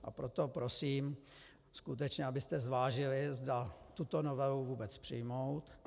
Tak proto prosím, skutečně abyste zvážili, zda tuto novelu vůbec přijmout.